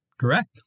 Correct